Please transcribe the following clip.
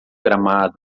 gramado